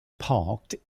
parked